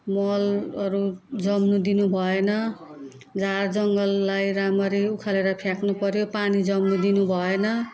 मलहरू जम्न दिनुभएन झार जङ्घललाई रामरी उखालेर फ्याँक्नु पर्यो पानी जम्न दिनुभएन